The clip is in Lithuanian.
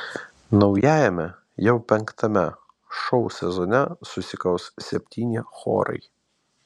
naujajame jau penktame šou sezone susikaus septyni chorai